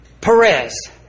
Perez